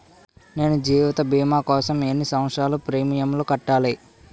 నేను జీవిత భీమా కోసం ఎన్ని సంవత్సారాలు ప్రీమియంలు కట్టాలి?